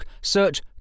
search